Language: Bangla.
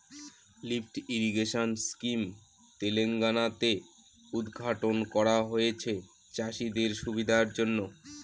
লিফ্ট ইরিগেশন স্কিম তেলেঙ্গানা তে উদ্ঘাটন করা হয়েছে চাষীদের সুবিধার জন্য